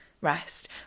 rest